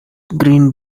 green